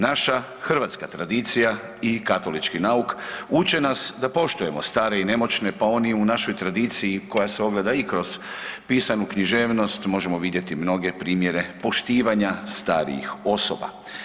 Naša hrvatska tradicija i katolički nauk uče nas da poštujemo stare i nemoćne, pa oni u našoj tradiciji koja se ogleda i kroz pisnu književnost možemo vidjeti mnoge primjere poštivanja starijih osoba.